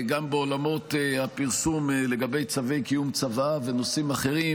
גם בעולמות הפרסום לגבי פרסום צוואה ונושאים אחרים,